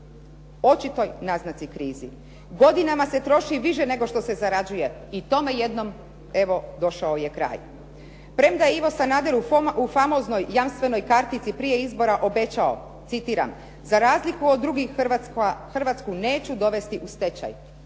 očitoj naznaci krizi. Godinama se troši više nego što se zarađuje. I tome jednom došao je kraj. Premda Ivo Sanader u famoznoj jamstvenoj kartici prije izbora obećao citiram "Za razliku od drugih, Hrvatsku neću dovesti u stečaj".